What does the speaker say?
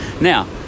Now